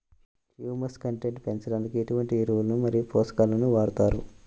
Humus content పెంచడానికి ఎటువంటి ఎరువులు మరియు పోషకాలను వాడతారు?